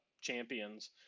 champions